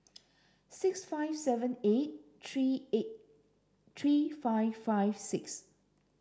six five seven eight three eight three five five six